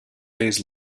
days